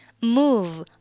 Move